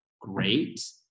great